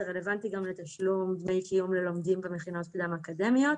זה רלוונטי גם לתשלום דמי קיום ללומדים במכינות קדם אקדמיות.